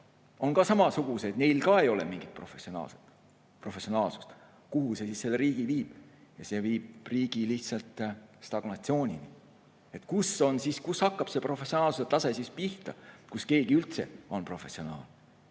on ka samasugused ja neil ka ei ole mingit professionaalsust? Kuhu see selle riigi viib? See viib riigi lihtsalt stagnatsioonini. Kus hakkab see professionaalsuse tase pihta? Kus keegi üldse on professionaal?